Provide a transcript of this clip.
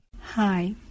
Hi